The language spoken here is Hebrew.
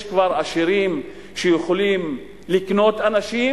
יש כבר עשירים שיכולים לקנות אנשים,